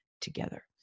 together